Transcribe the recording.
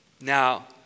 Now